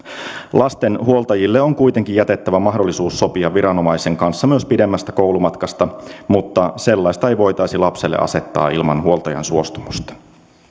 lasten huoltajille on kuitenkin jätettävä mahdollisuus sopia viranomaisen kanssa myös pidemmästä koulumatkasta mutta sellaista ei voitaisi lapselle asettaa ilman huoltajan suostumusta